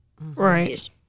Right